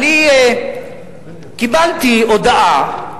אני קיבלתי הודעה,